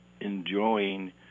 enjoying